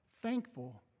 thankful